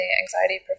anxiety